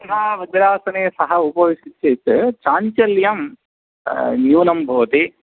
पुनः वज्रासने सः उपविशति चेत् चाञ्चल्यं न्यूनं भवति